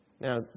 Now